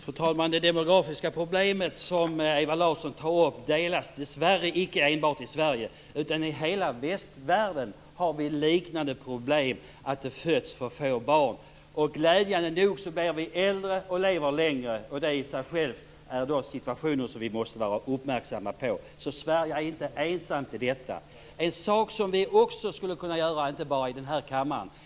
Fru talman! Det demografiska problemet som Ewa Larsson tog upp finns dessvärre inte enbart i Sverige. I hela västvärlden finns liknande problem med att det föds för få barn. Glädjande nog blir vi äldre och lever längre. Det är i sig en situation vi måste vara uppmärksamma på. Sverige är inte ensamt i detta. Det finns annat som vi skulle kunna göra - och då inte bara här i kammaren.